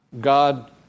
God